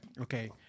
Okay